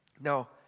Now